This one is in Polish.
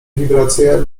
wibracje